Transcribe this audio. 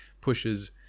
pushes